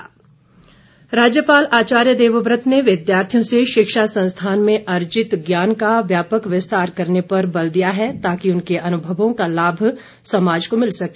राज्यपाल राज्यपाल आचार्य देवव्रत ने विद्यार्थियों से शिक्षा संस्थान में अर्जित ज्ञान का व्यापक विस्तार करने पर बल दिया है ताकि उनके अनुभवों का लाभ समाज को भिल सके